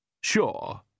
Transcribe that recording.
Sure